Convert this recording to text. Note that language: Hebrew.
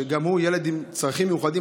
שגם הוא ילד עם צרכים מיוחדים,